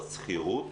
בשכירות,